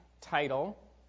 title